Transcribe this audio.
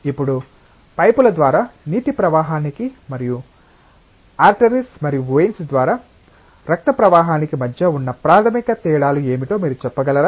ఇప్పుడు పైపుల ద్వారా నీటి ప్రవాహానికి మరియు ఆర్టెరీస్ మరియు వెయిన్స్ ద్వారా రక్త ప్రవాహానికి మధ్య ఉన్న ప్రాథమిక తేడాలు ఏమిటో మీరు చెప్పగలరా